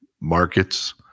markets